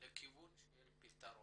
לכיוון של פתרון.